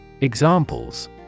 Examples